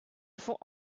font